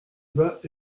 bats